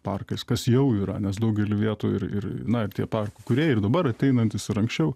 parkais kas jau yra nes daugely vietų ir ir na ir tie parkų kūrėjai ir dabar ateinantys ir anksčiau